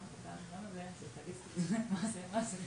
התקנה הזאת בעצם מאפשרת להתגבר על הוראות